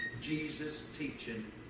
Jesus-teaching